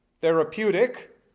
Therapeutic